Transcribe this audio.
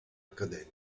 academy